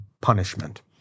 punishment